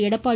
Edappadi